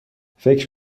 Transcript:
فکر